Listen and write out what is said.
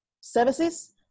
services